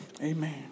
Amen